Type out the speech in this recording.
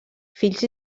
fills